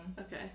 Okay